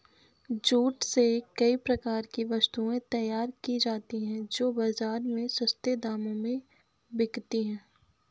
jute से कई प्रकार की वस्तुएं तैयार की जाती हैं जो बाजार में सस्ते दामों में बिकती है